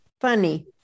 Funny